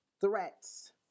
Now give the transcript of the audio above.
Threats